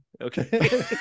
Okay